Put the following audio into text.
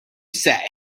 say